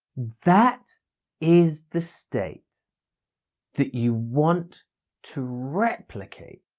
that is the state that you want to replicate